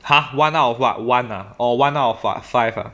!huh! one out of what one ah or one out of uh five ah